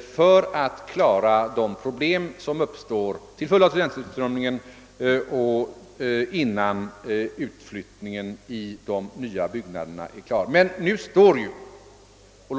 för att klara de problem som uppstår till följd av studenttillströmningen tills de nya bygnaderna är färdiga och inflyttning kan ske.